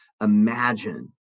imagine